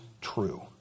true